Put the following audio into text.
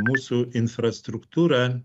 mūsų infrastruktūra